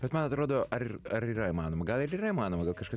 bet man atrodo ar ar yra įmanoma gal ir yra manoma gal kažkas